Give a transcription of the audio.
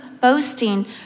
boasting